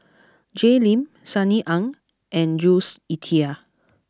Jay Lim Sunny Ang and Jules Itier